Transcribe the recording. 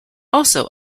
also